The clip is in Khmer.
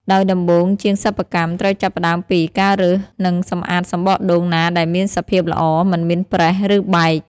ដោយដំបូងជាងសិប្បកម្មត្រូវចាប់ផ្ដើមពី ការរើសនិងសម្អាតសំបកដូងណាដែលមានសភាពល្អ មិនមានប្រេះ ឬបែក។